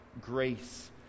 grace